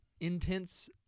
intense